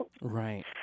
Right